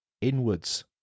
inwards